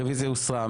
הרביזיה הוסרה.